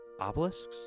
obelisks